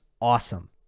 awesome